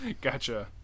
gotcha